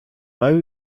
low